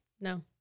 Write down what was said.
No